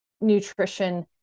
nutrition